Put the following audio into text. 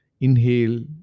inhale